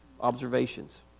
observations